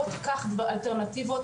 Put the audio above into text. בוא תיקח אלטרנטיבות,